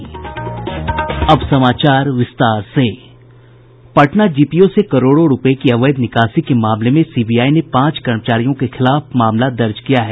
Patna GPO से करोड़ों रुपय की अवैध निकासी के मामले में सीबीआई ने पांच कर्मचारियों के खिलाफ मामला दर्ज किया है